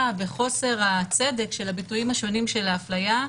בחוסר הצדק של הביטויים השונים של ההפליה,